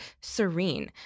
serene